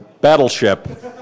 Battleship